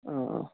অঁ অঁ